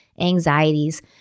anxieties